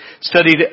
studied